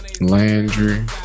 Landry